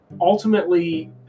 ultimately